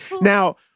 now